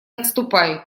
отступай